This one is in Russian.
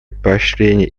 поощрения